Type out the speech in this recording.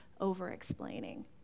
over-explaining